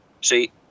See